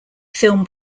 film